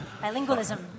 Bilingualism